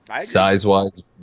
Size-wise